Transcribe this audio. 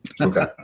Okay